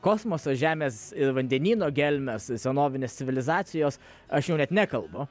kosmosas žemės ir vandenyno gelmės senovinės civilizacijos aš jau net nekalbu